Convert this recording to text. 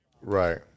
Right